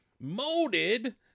Molded